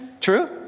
True